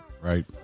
Right